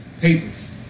Papers